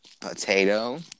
Potato